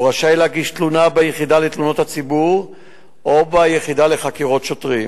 הוא רשאי להגיש תלונה ביחידה לתלונות הציבור או במחלקה לחקירות שוטרים.